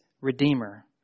redeemer